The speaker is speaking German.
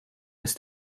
ist